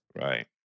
Right